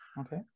Okay